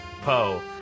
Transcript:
poe